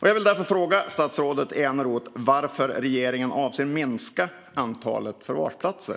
Jag vill därför fråga statsrådet Eneroth varför regeringen avser att minska antalet förvarsplatser.